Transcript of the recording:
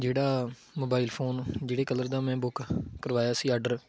ਜਿਹੜਾ mobile phone ਜਿਹੜੇ colour ਦਾ ਮੈਂ ਬੁੱਕ ਕਰਵਾਇਆ ਸੀ ਆਡਰ